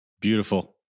Beautiful